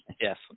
Yes